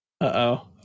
Uh-oh